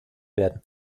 werden